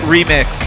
Remix